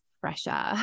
fresher